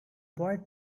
boy